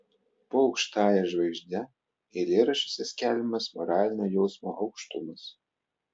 po aukštąja žvaigžde eilėraščiuose skelbiamas moralinio jausmo aukštumas